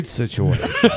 situation